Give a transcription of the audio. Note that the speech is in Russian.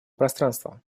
пространства